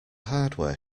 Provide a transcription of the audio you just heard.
hardware